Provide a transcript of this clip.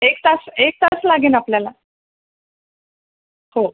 एक तास एक तास लागेल आपल्याला हो